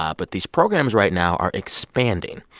ah but these programs right now are expanding.